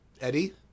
eddie